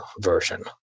version